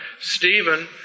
Stephen